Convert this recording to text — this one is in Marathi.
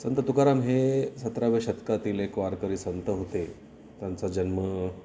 संत तुकाराम हे सतराव्या शतकातील एक वारकरी संत होते त्यांचा जन्म